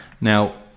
Now